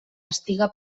estiga